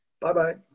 Bye-bye